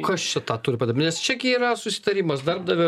kas čia tą turi nes čia gi yra susitarimas darbdavio